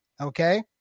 Okay